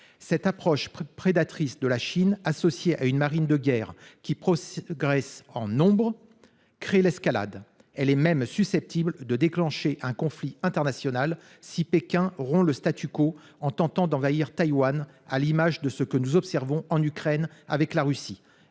Cette approche prédatrice de la Chine, associée à une marine de guerre qui progresse en nombre, crée l'escalade. Elle est même susceptible de déclencher un conflit international si Pékin rompt le en tentant d'envahir Taiwan, à l'image de ce que nous observons en Ukraine avec la Russie.